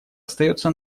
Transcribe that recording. остается